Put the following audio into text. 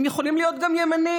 הם יכולים להיות גם ימנים,